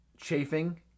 chafing